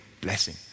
blessing